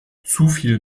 zuviel